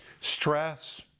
stress